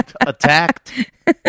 attacked